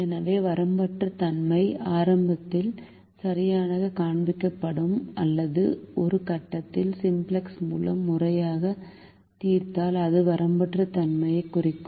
எனவே வரம்பற்ற தன்மை ஆரம்பத்தில் சரியாகக் காண்பிக்கப்படும் அல்லது ஒரு கட்டத்தில் சிம்ப்ளக்ஸ் மூலம் முறையாகத் தீர்த்தால் அது வரம்பற்ற தன்மையைக் குறிக்கும்